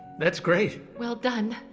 that's great. well done.